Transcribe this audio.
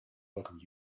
welcome